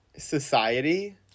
society